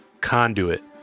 Conduit